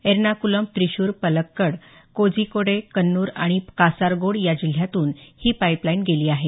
एर्नाकुलम त्रिशूर पलक्कड कोझिकोडे कन्नुर आणि कासारगोड या जिल्ह्यातून ही पाईपलाईन गेली आहे